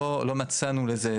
לא מצאנו לזה,